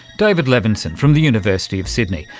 david levinson from the university of sydney,